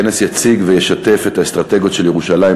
הכנס יציג וישתף את האסטרטגיות של ירושלים